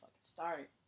start